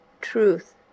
truth